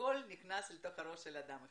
הכול נכנס לתוך הראש של אדם אחד.